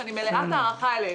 שאני מלאת הערכה אליהם.